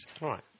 right